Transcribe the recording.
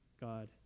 God